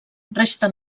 resta